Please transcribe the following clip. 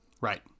Right